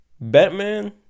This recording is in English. Batman